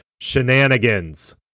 shenanigans